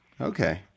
Okay